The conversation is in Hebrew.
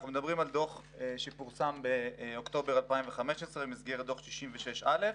אנחנו מדברים על דוח שפורסם באוקטובר 2015 במסגרת דוח 66א,